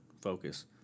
focus